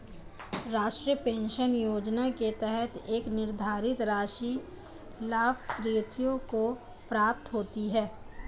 राष्ट्रीय पेंशन योजना के तहत एक निर्धारित राशि लाभार्थियों को प्राप्त होती है